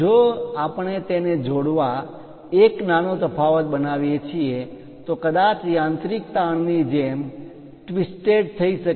જો આપણે તેને જોડવા એક નાનો તફાવત બનાવીએ છીએ તો કદાચ યાંત્રિક તાણની જેમ ટ્વિસ્ટેડ થઈ શકે